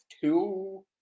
two